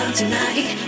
tonight